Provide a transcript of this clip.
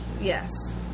Yes